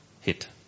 hit